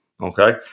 Okay